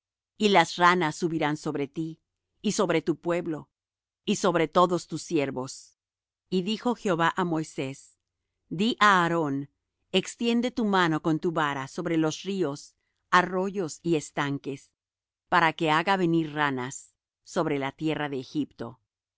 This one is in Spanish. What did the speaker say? y las ranas subirán sobre ti y sobre tu pueblo y sobre todos tus siervos y jehová dijo á moisés di á aarón extiende tu mano con tu vara sobre los ríos arroyos y estanques para que haga venir ranas sobre la tierra de egipto